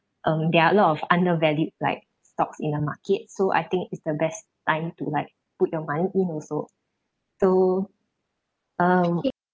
um there are a lot of undervalued like stocks in the market so I think it's the best time to like put your money in also so um